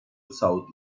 south